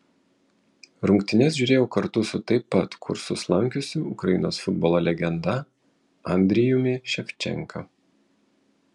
rungtynes žiūrėjau kartu su taip pat kursus lankiusiu ukrainos futbolo legenda andrijumi ševčenka